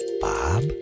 Bob